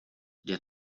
der